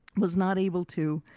was not able to,